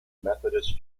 methodist